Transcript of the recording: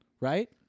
Right